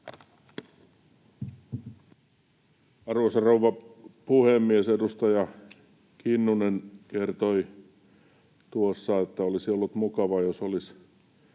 Arvoisa rouva puhemies! Edustaja Kinnunen kertoi tuossa, että olisi ollut mukavaa, jos olisi